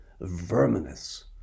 verminous